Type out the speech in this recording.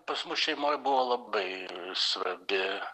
pas mus šeimoj buvo labai svarbi